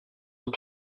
were